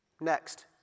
Next